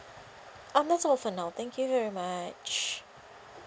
um that's all for now thank you very much